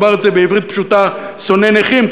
או נאמר את זה בעברית פשוטה: שונא נכים.